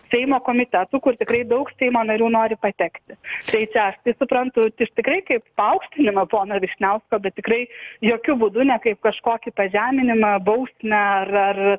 seimo komitetų kur tikrai daug seimo narių nori patekti tai čia aš tai suprantu tai tikrai kaip paaukštinimą pono vyšniausko bet tikrai jokiu būdu ne kaip kažkokį pažeminimą bausmę ar ar